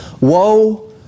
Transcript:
Woe